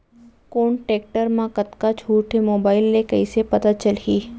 कोन टेकटर म कतका छूट हे, मोबाईल ले कइसे पता चलही?